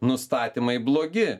nustatymai blogi